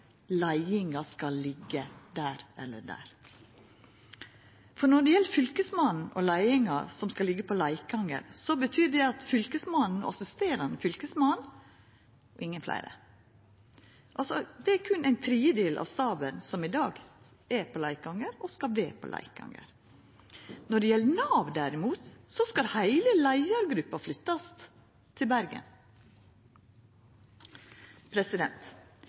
leiinga skal liggja der eller der, for når det gjeld Fylkesmannen og leiinga som skal liggja på Leikanger, betyr det fylkesmannen og assisterande fylkesmann – ingen fleire. Det er altså berre ein tredjedel av staben som i dag er på Leikanger, som skal vera på Leikanger. Når det gjeld Nav, derimot, skal heile leiargruppa flyttast til Bergen.